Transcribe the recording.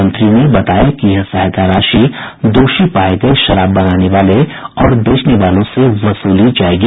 मंत्री ने बताया कि यह सहायता राशि दोषी पाये गये शराब बनाने वाले और बेचने वालों से वसूली जायेगी